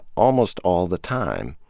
almost all the time.